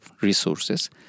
resources